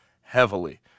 heavily